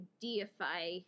deify